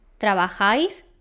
trabajáis